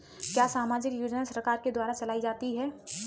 क्या सामाजिक योजना सरकार के द्वारा चलाई जाती है?